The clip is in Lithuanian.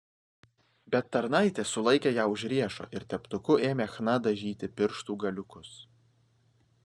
bet tarnaitė sulaikė ją už riešo ir teptuku ėmė chna dažyti pirštų galiukus